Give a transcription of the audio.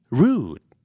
rude